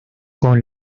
con